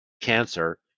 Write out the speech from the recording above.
cancer